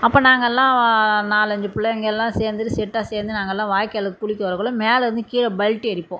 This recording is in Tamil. அப்போ நாங்கள்ல்லாம் நாலஞ்சு பிள்ளைங்கெல்லாம் சேர்ந்துட்டு செட்டாக சேர்ந்து நாங்கள்ல்லாம் வாய்க்காலுக்கு குளிக்க வரக்குள்ளே மேலருந்து கீழே பல்டி அடிப்போம்